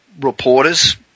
reporters